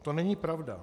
To není pravda.